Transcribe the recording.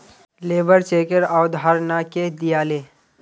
labour चेकेर अवधारणा के दीयाले